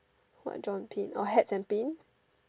what John pin oh hats and pins